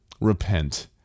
repent